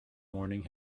morning